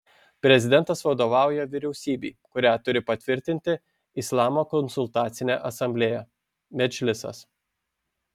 prezidentas vadovauja vyriausybei kurią turi patvirtinti islamo konsultacinė asamblėja medžlisas